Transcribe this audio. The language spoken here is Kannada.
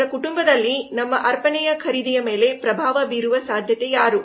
ಅವರ ಕುಟುಂಬದಲ್ಲಿ ನಮ್ಮ ಅರ್ಪಣೆಯ ಖರೀದಿಯ ಮೇಲೆ ಪ್ರಭಾವ ಬೀರುವ ಸಾಧ್ಯತೆ ಯಾರು